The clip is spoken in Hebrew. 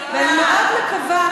ואני מאוד מקווה,